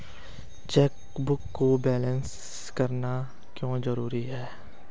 Chequebook को balance करना क्यों जरूरी है?